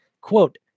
quote